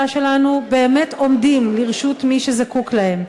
שלנו באמת עומדים לרשות מי שזקוק להם,